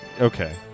okay